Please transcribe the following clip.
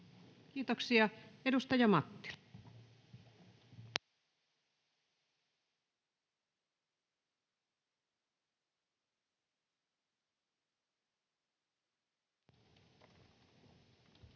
Kiitoksia. — Edustaja Mattila.